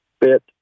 bit